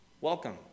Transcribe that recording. Welcome